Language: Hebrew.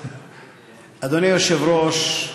אדוני היושב-ראש,